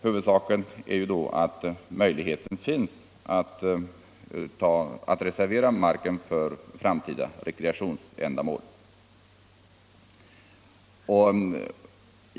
Huvudsaken är att möjligheten finns att reservera marken för framtida rekreationsändamål.